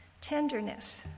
tenderness